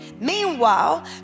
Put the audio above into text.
Meanwhile